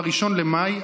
ב-1 במאי,